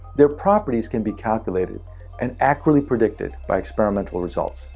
their properties can be calculated and accurately predicted by experimental results.